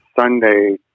Sunday